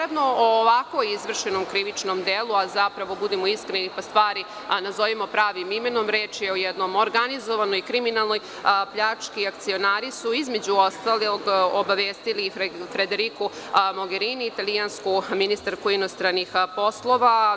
Ovako izvršenom krivičnom delu, a zapravo, budimo iskreni pa stvari nazovimo pravim imenom, reč je o jednoj organizovanoj kriminalnoj pljački, akcionari su, između ostalog, obavestili i Frederiku Mogerinu, italijansku ministarku inostranih poslova.